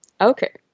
Okay